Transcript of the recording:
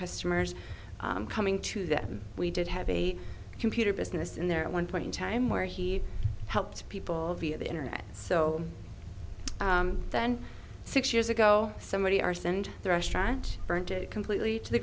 customers coming to them we did have a computer business in there at one point in time where he helped people via the internet so then six years ago somebody arson and the restaurant burnt it completely to the